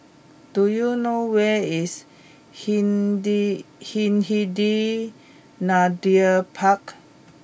do you know where is Hindi Hindhede Park